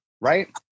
right